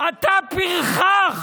אתה פרחח.